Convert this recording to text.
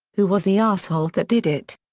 who was the asshole that did it?